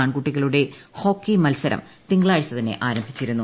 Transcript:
ആൺകുട്ടികളുടെ ഹോക്കി മത്സരം തിങ്കളാഴ്ച തന്നെ ആരംഭിച്ചിരുന്നു